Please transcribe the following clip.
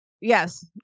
Yes